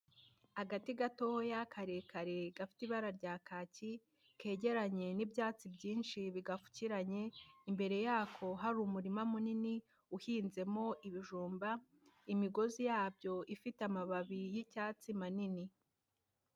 Agati gatoya karekare gafite ibara rya kaki, kegeranye n'ibyatsi byinshi bigapfukiranye, imbere yako hari umurima munini uhinzemo ibijumba, imigozi yabyo ifite amababi y'icyatsi manini.